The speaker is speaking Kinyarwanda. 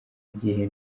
igihe